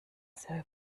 sehr